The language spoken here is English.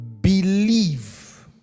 believe